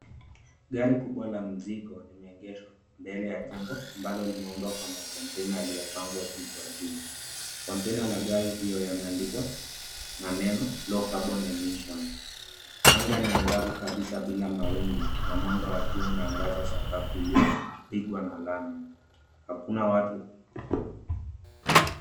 Gari kubwa la mizigo limeegeshwa mbele ya jengo ambalo limeundwa kwa makonteina yaliyopangwa juu kwa juu. Konteina la gari hiyo yameandikwa maneno low carbon emissions . Anga ni angavu kabisa bila mawingu na mwanga wa jua unaangaza sakafu iliyopigwa na lami. Hakuna watu...